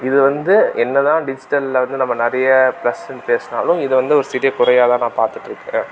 இது வந்து என்னதான் டிஜிட்டலில் வந்து நம்ம நிறைய ப்ளஸுன்னு பேசினாலும் இது வந்து ஒரு சிறிய குறையா தான் நான் பார்த்துட்டுருக்குறேன்